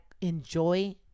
enjoy